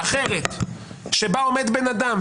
אחרת שבה עומד בן אדם,